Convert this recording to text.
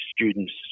students